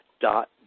dot